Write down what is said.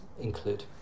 include